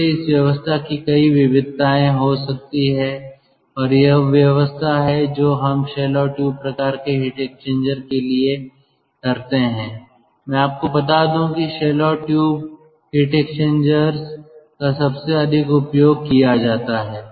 इसलिए इस व्यवस्था की कई विविधताएं हो सकती हैं और यह वह व्यवस्था है जो हम शेल और ट्यूब प्रकार के हीट एक्सचेंजर के लिए करते हैं मैं आपको बता दूं कि शेल और ट्यूब हीट एक्सचेंजर्स का सबसे अधिक उपयोग किया जाता है